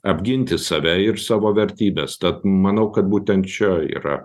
apginti save ir savo vertybes tad manau kad būtent čia yra